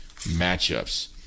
matchups